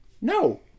No